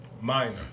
Minor